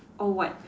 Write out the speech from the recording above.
or what